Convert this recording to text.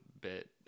bit